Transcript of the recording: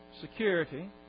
security